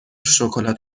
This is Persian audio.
شکلات